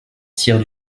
tirs